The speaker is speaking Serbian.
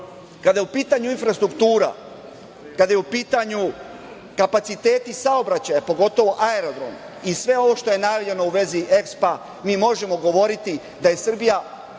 je u pitanju infrastruktura, kada su u pitanju kapaciteti saobraćaja, pogotovo aerodrom i sve ovo što je najavljeno u vezi EXPO-a, mi možemo govoriti da je Srbija